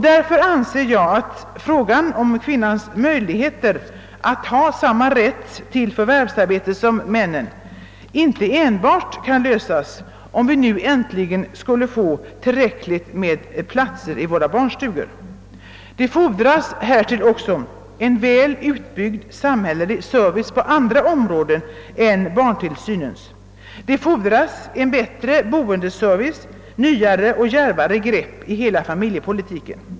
Därför anser jag att problemet med kvinnornas möjligheter att ha förvärvsarbete i samma utsträckning som männen inte kan lösas även om vi nu äntligen skulle få tillräckligt många platser i våra barnstugor. Det fordras också en väl utbyggd samhällelig service på andra områden, inte bara när det gäller barntillsynen. Vi måste också få bättre boendeservice och nya, djärvare grepp i hela familjepolitiken.